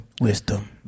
Wisdom